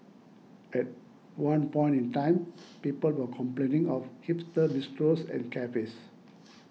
at one point in time people were complaining of hipster bistros and cafes